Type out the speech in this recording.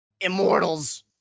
Immortals